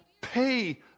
pay